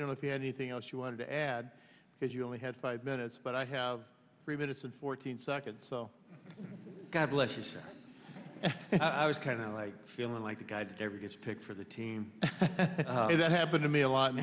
don't see anything else you want to add because you only have five minutes but i have three minutes and fourteen seconds so god bless you said i was kind of like feeling like the guy that ever gets picked for the team that happened to me a lot